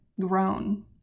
grown